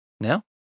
No